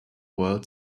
world